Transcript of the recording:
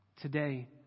today